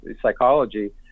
psychology